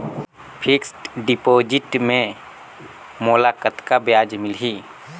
Fixed deposit मे मोला कतका ब्याज मिलही?